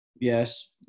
Yes